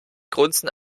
grunzen